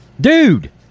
Dude